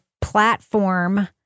platform